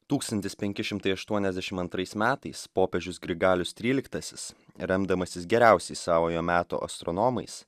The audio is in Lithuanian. tūkstantis prnki šimtai aštuoniasdešimt antrais metais popiežius grigalius tryliktasis remdamasis geriausiais savojo meto astronomais